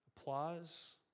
applause